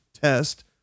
test